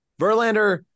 Verlander